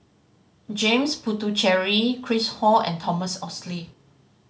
James Puthucheary Chris Ho and Thomas Oxley